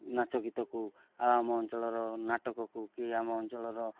ନାଚ ଗୀତକୁ ଆଉ ଆମ ଅଞ୍ଚଳର ନାଟକକୁ କି ଆମ ଅଞ୍ଚଳର